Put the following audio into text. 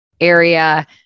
area